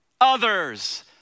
others